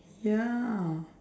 ya